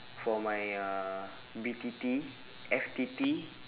for my uh B_T_T F_T_T